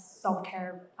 self-care